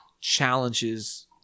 challenges